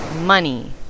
money